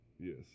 Yes